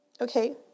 Okay